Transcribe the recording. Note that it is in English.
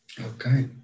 Okay